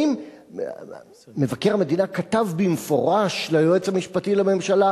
האם מבקר המדינה כתב במפורש ליועץ המשפטי לממשלה